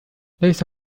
ليس